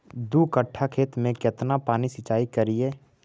दू कट्ठा खेत में केतना पानी सीचाई करिए?